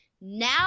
Now